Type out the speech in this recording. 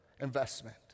investment